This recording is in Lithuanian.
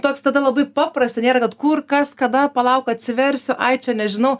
toks tada labai paprasta nėra kad kur kas kada palauk atsiversiu ai čia nežinau